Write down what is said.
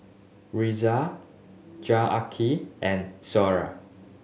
Razia Janaki and